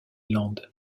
land